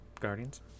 Guardians